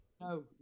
No